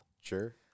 Sure